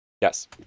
Yes